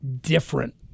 different